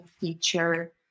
feature